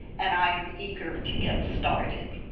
and i am eager to get started.